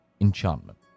enchantment